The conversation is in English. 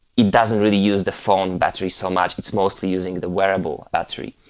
it doesn't really use the phone battery so much, it's mostly using the wearable battery.